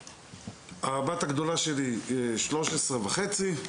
הבת הגדולה שלי בת 13 וחצי,